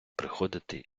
приходити